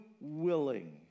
willing